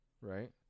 Right